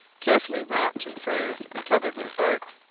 carefully wrapped in furs and covered with bark.